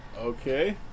okay